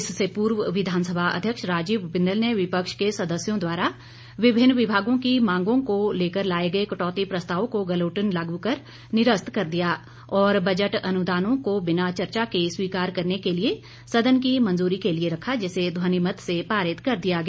इससे पूर्व विधानसभा अध्यक्ष राजीव बिंदल ने विपक्ष के सदस्यों द्वारा विभिन्न विभागों की मागों को लाए गए कटौती प्रस्तावों को गलोटिन लागू कर निरस्त कर दिया और बजट अनुदानों को बिना चर्चा के स्वीकार करने के लिए सदन की मंजूरी के लिए रखा जिसे ध्वनिमत से पारित कर दिया गया